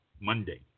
Monday